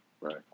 Right